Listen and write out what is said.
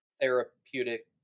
Therapeutic